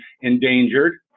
endangered